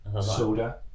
soda